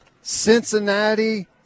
Cincinnati